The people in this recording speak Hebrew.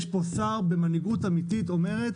יש פה שר במנהיגות אמיתית שאומר: